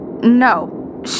No